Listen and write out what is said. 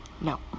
No